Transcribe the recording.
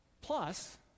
Plus